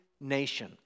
nation